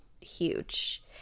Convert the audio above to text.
huge